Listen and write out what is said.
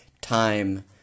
time